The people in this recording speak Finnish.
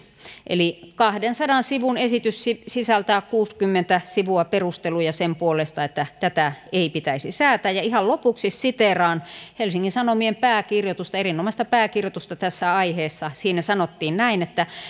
eli kahdensadan sivun esitys sisältää kuusikymmentä sivua perusteluja sen puolesta että tätä ei pitäisi säätää ja ihan lopuksi siteeraan helsingin sanomien erinomaista pääkirjoitusta tästä aiheesta siinä sanottiin näin